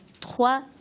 trois